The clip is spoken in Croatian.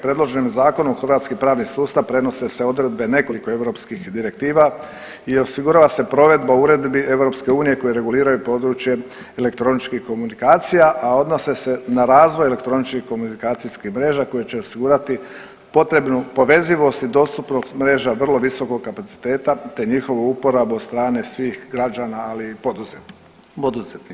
Predloženim zakonom u hrvatski pravni sustav prenose se odredbe nekoliko europskih direktiva i osigurava se provedba uredbi EU koje reguliraju područje elektroničkih komunikacija, a odnose se na razvoj elektroničkih komunikacijskih mreža koje će osigurati potrebnu povezivost i dostupnost mreža vrlo visokog kapaciteta te njihovu uporabu od strane svih građana, ali i poduzetnika.